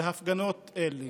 בהפגנות אלה